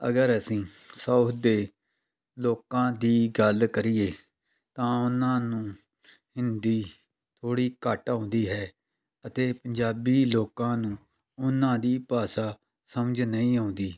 ਅਗਰ ਅਸੀਂ ਸਾਊਥ ਦੇ ਲੋਕਾਂ ਦੀ ਗੱਲ ਕਰੀਏ ਤਾਂ ਉਹਨਾਂ ਨੂੰ ਹਿੰਦੀ ਥੋੜ੍ਹੀ ਘੱਟ ਆਉਂਦੀ ਹੈ ਅਤੇ ਪੰਜਾਬੀ ਲੋਕਾਂ ਨੂੰ ਉਹਨਾਂ ਦੀ ਭਾਸ਼ਾ ਸਮਝ ਨਹੀਂ ਆਉਂਦੀ